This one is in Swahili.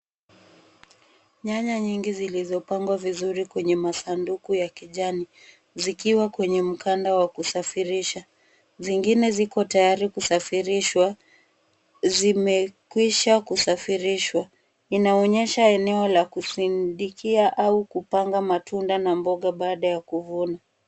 Nyanya nyingi zilizopangwa vizuri kwenye masanduku ya kijani zikiwa kwenye mkanda wa kusafirisha. Zingine ziko tayari kusafirishwa zimekwisha kusafirishwa . Inaonyesha eneo la kusindikia au kupanga matunda na mboga baada ya kuvuna.